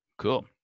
Cool